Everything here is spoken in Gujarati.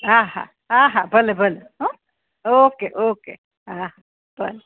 હા હા ભલે ભલે હા ઓકે ઓકે હા ભલે